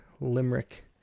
limerick